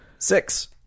Six